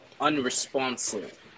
unresponsive